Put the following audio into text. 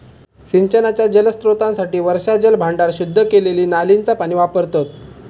सिंचनाच्या जलस्त्रोतांसाठी वर्षाजल भांडार, शुद्ध केलेली नालींचा पाणी वापरतत